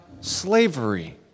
slavery